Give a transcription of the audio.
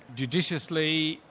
judiciously,